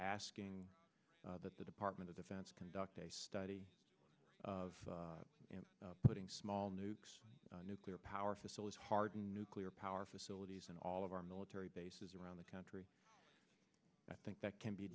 asking that the department of defense conduct a study of you know putting small nukes nuclear power facilities hardened nuclear power facilities in all of our military bases around the country i think that can be